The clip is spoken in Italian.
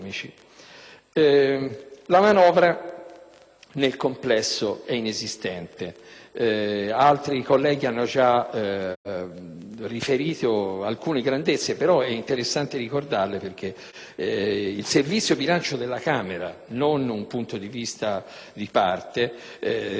nel complesso, è inesistente. Altri colleghi hanno già riferito alcune grandezze, però è interessante ricordarle, perché il Servizio bilancio della Camera, non un punto di vista di parte, ricorda che il piano di Tremonti